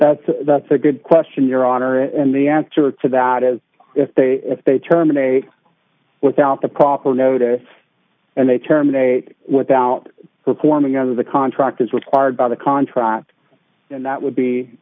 that's a that's a good question your honor and the answer to that is if they if they terminate without the proper notice and they terminate without performing under the contract as required by the contract then that would be